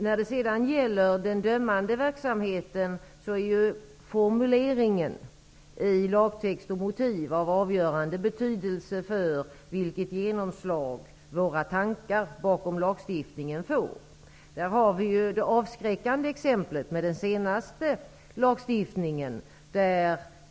När det gäller den dömande verksamheten är formuleringen i lagtext och motiv av avgörande betydelse för vilket genomslag våra tankar bakom lagstiftningen får. Vi har ett avskräckande exempel i den senaste lagstiftningen.